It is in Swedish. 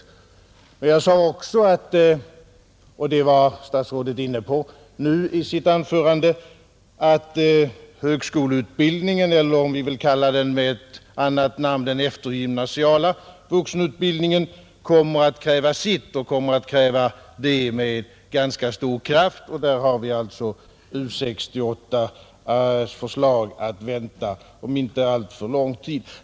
Jag sade också, vilket statsrådet var inne på nu i sitt anförande, att högskoleutbildningen — eller om vi vill kalla den för den eftergymnasiala vuxenutbildningen — skulle kräva sitt, och det med ganska stor kraft. På det området har vi alltså förslaget från U 68 att vänta om inte alltför lång tid.